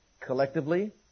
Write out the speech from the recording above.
Collectively